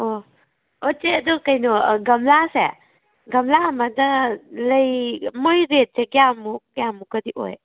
ꯑꯣ ꯑꯣ ꯆꯦ ꯑꯗꯨ ꯀꯩꯅꯣ ꯒꯝꯂꯥꯁꯦ ꯒꯝꯂꯥ ꯑꯃꯗ ꯂꯩ ꯃꯣꯏ ꯔꯦꯠꯁꯦ ꯀꯌꯥꯃꯨꯛ ꯀꯌꯥꯃꯨꯛꯀꯗꯤ ꯑꯣꯏ